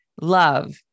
love